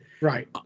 right